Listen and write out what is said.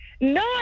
No